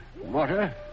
water